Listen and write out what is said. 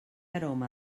aroma